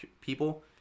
people